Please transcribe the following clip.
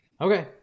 okay